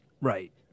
Right